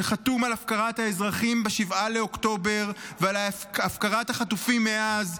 שחתום על הפקרת האזרחים ב-7 באוקטובר ועל הפקרת החטופים מאז,